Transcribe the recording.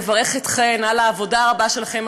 לברך אתכן על העבודה הרבה שלכן,